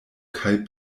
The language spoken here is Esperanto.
kaj